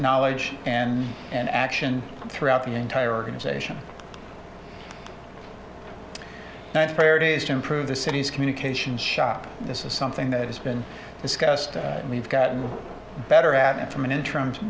knowledge and an action throughout the entire organization that's priorities to improve the city's communication shop this is something that has been discussed and we've gotten better at it from an inter